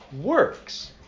works